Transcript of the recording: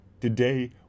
Today